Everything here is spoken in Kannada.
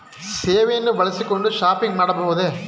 ಸೇವೆಯನ್ನು ಬಳಸಿಕೊಂಡು ಶಾಪಿಂಗ್ ಮಾಡಬಹುದೇ?